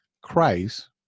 christ